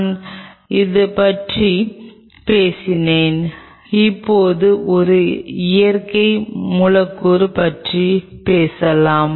நான் இந்த 2 பற்றி பேசினேன் இப்போது ஒரு இயற்கை மூலக்கூறு பற்றி பேசலாம்